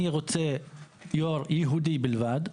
אני רוצה יושב ראש יהודי בלבד,